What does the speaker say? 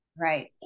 right